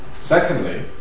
Secondly